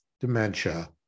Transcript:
dementia